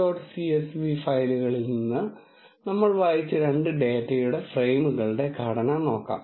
csv ഫയലുകളിൽ നിന്ന് നമ്മൾ വായിച്ച രണ്ട് ഡാറ്റ ഫ്രെയിമുകളുടെ ഘടന നോക്കാം